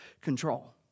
control